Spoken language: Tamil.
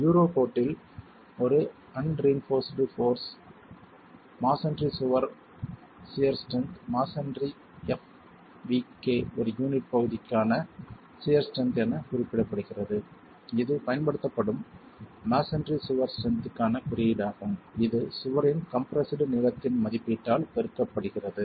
யூரோகோடில் ஒரு அன்ரிஇன்போர்ஸ்டு போர்ஸ் மஸோன்றி சுவரின் சியர் ஸ்ட்ரென்த் மஸோன்றி fvk ஒரு யூனிட் பகுதிக்கான சியர் ஸ்ட்ரென்த் என மதிப்பிடப்படுகிறது இது பயன்படுத்தப்படும் மஸோன்றி சியர் ஸ்ட்ரென்த்க்கான குறியீடாகும் இது சுவரின் கம்ப்ரெஸ்டு நீளத்தின் மதிப்பீட்டால் பெருக்கப்படுகிறது